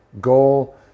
goal